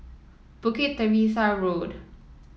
Bukit Teresa Road